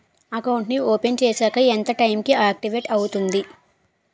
Account నీ open చేశాక ఎంత టైం కి ఆక్టివేట్ అవుతుంది?